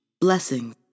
blessings